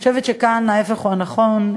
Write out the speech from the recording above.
אני חושבת שכאן ההפך הוא הנכון,